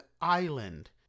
Island